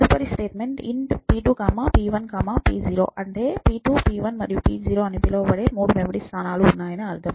తదుపరి statement int p2 p1 p0 అంటే p2 p1 మరియు p0 అని పిలువబడే మూడు మెమరీ స్థానాలు ఉన్నాయని అర్థం